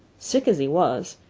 sick as he was,